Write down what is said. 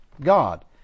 God